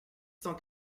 cent